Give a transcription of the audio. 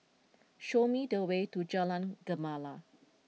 show me the way to Jalan Gemala